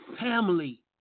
family